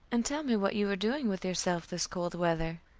and tell me what you are doing with yourself this cold weather.